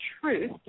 truth